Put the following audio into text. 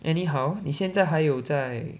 anyhow 你现在还有在